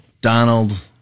Donald